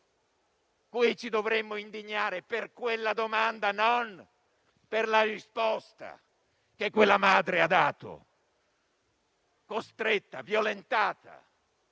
Qui ci dovremmo indignare per quella domanda e non per la risposta che quella madre ha dato, costretta, violentata